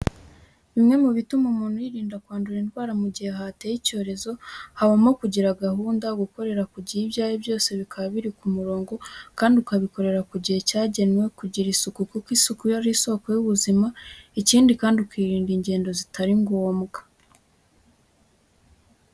Bimwe mu bituma umuntu yirinda kwandura indwara mu gihe hateye icyorezo, habamo kugira gahunda, gukorera ku gihe ibyawe byose bikaba biri ku murongo kandi ukabikorera ku gihe cyagenwe, kugira isuku kuko isuku ni isoko y'ubuzima ikindi kandi ukirinda ingendo zitari ngombwa.